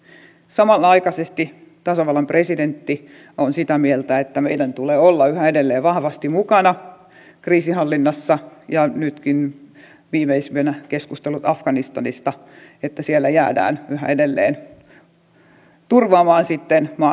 samanaikaisesti tasavallan presidentti on sitä mieltä että meidän tulee olla yhä edelleen vahvasti mukana kriisinhallinnassa ja nytkin viimeisimpänä ovat keskustelut afganistanista että siellä jäädään yhä edelleen turvaamaan maan oloja